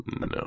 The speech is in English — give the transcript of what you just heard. No